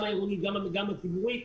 גם העירונית וגם הציבורית,